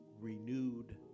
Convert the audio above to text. renewed